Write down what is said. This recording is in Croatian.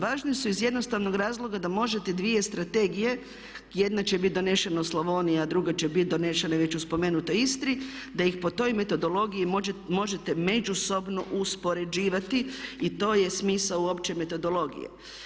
Važne su iz jednostavnog razloga da možete dvije strategije, jedna će biti donesena u Slavoniji a druga će biti donesena već u spomenutoj Istri da ih po toj metodologiji možete međusobno uspoređivati i to je smisao uopće metodologije.